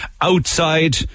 outside